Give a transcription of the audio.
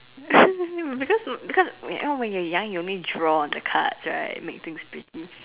because because when when you're young you only draw on the cards right make things pretty